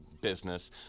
business –